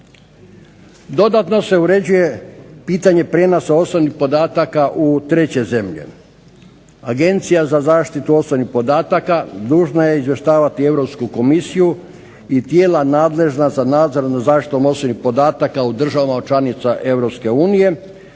Dodatno se uređuje pitanje prijenosa osobnih podatka u treće zemlje. Agencija za zaštitu osobnih podataka nužna je izvještava Europsku komisiju i tijela nadležna za nadzor nad zaštitom osobnih podataka u državama članica EU